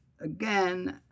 again